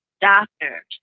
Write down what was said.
doctors